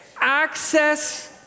Access